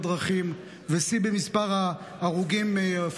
שיא במספר הילדים ההרוגים בדרכים ושיא